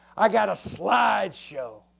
i got a slide show.